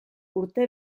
urte